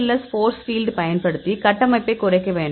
OPLS force field பயன்படுத்தி கட்டமைப்பைக் குறைக்க வேண்டும்